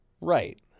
Right